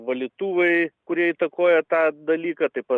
valytuvai kurie įtakoja tą dalyką taip pat